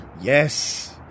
Yes